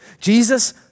Jesus